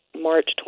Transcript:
March